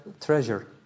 treasure